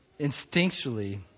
instinctually